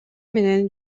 менен